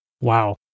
Wow